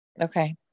Okay